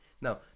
Now